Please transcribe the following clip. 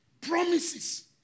Promises